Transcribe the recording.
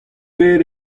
bet